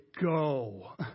go